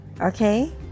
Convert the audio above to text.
okay